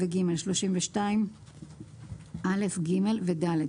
ו-(ג), 32(א), (ג) ו-(ד),